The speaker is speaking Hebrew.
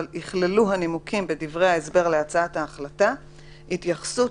יכללו הנימוקים בדברי ההסבר להצעת ההחלטה התייחסות